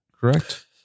correct